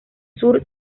sur